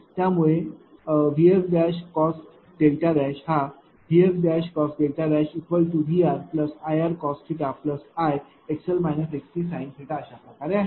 त्यामुळे VS cos δ हा VS cos δ VRIr cos Ixl xc sin अशाप्रकारे आहे